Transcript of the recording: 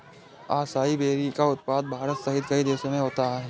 acai berry का उत्पादन भारत सहित कई देशों में होता है